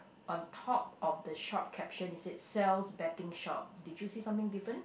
on top of the shop caption it said Sal's betting shop did you see something different